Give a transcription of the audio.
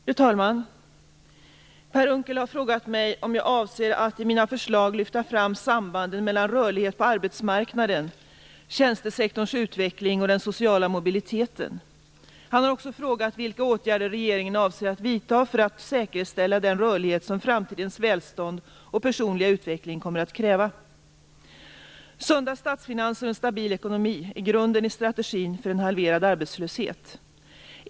Fru talman! Per Unckel har frågat mig om jag avser att i mina förslag lyfta fram sambanden mellan rörlighet på arbetsmarknaden, tjänstesektorns utveckling och den sociala mobiliteten. Han har också frågat vilka åtgärder regeringen avser att vidta för att säkerställa den rörlighet som framtidens välstånd och personliga utveckling kommer att kräva. Sunda statsfinanser och en stabil ekonomi är grunden i strategin för en halverad arbetslöshet.